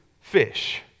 fish